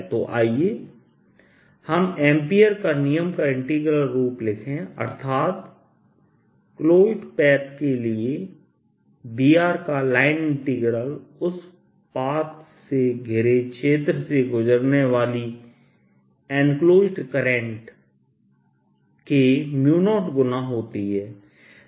तो आइए हम एम्पीयर का नियमAmpere's Law का इंटीग्रल रूप लिखें अर्थात क्लोज़्ड पैथ के लिए B का लाइन इंटीग्रलउस पथ से घिरे क्षेत्र से गुजरने वाली इन्क्लोज़्ड करंट के 0गुना होती है